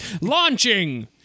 Launching